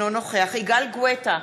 אינו נוכח יגאל גואטה,